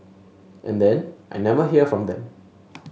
and then I never hear from them